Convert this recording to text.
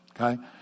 okay